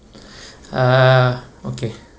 uh okay